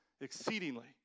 exceedingly